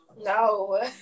no